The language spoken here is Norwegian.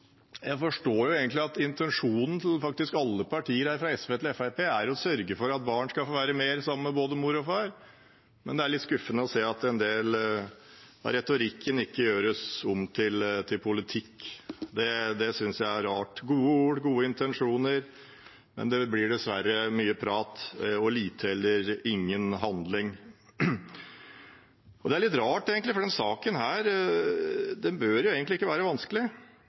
Jeg forstår at intensjonen til faktisk alle partier her, fra SV til Fremskrittspartiet, er å sørge for at barn skal få være mer sammen med både mor og far, men det er litt skuffende å se at en del av retorikken ikke gjøres om til politikk. Det synes jeg er rart. Det er gode ord, gode intensjoner, men det blir dessverre mye prat og lite eller ingen handling. Det er litt rart, for denne saken bør egentlig ikke være vanskelig.